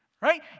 Right